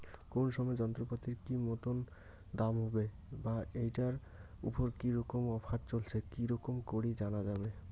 কোন সময় যন্ত্রপাতির কি মতন দাম হবে বা ঐটার উপর কি রকম অফার চলছে কি রকম করি জানা যাবে?